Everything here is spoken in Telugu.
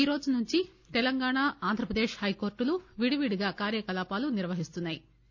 ఈరోజు నుంచి తెలంగాణ ఆంధ్రప్రదేశ్ హైకోర్టులు విడివిడిగా కార్యకలాపాలు నిర్వహిస్తున్నాయి